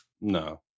No